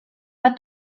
bat